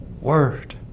word